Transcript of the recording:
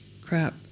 crap